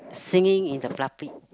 singing in the